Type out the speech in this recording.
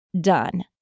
done